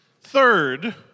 Third